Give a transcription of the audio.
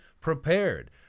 prepared